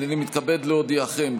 הינני מתכבד להודיעכם,